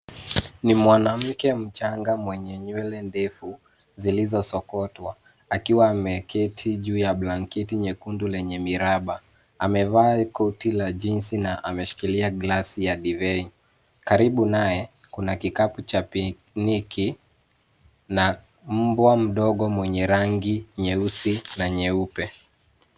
Ni mwanamke mchanga mwenye nywele ndefu zilizosokotwa akiwa ameketi juu ya blanketi nyekundu lenye miraba. Amevaa koti la jeans na ameshikilia glasi ya divai. Karibu naye kuna kikapu cha pikniki na mbwa mdogo mwenye rangi nyeusi na nyeupe.